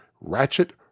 Ratchet